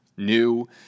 New